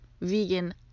vegan